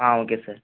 ah okay sir